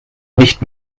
nicht